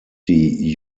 die